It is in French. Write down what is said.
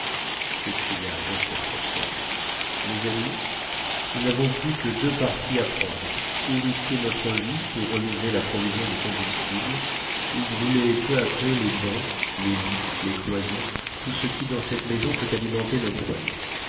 s'écria jasper hobson mes amis nous n'avons plus que deux partis à prendre ou risquer notre vie pour renouveler la provision de combustible ou brûler peu à peu les bancs les lits les cloisons tout ce qui dans cette maison peut alimenter nos poêles